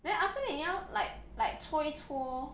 then after that 你要 like like 搓一搓